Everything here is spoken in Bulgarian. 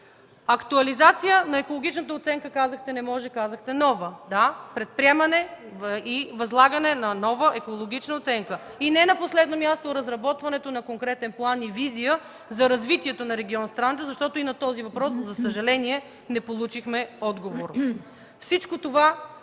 Актуализация на екологичната оценка казахте, че не може, казахте нова – да, предприемане и възлагане на нова екологична оценка. И не на последно място разработването на конкретен план и визия за развитието на район „Странджа”, защото и на този въпрос, за съжаление, не получихме отговор. Всичко това